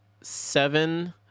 seven